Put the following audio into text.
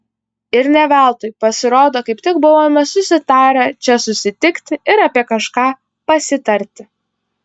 ir ne veltui pasirodo kaip tik buvome susitarę čia susitikti ir apie kažką pasitarti